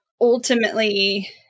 ultimately